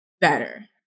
better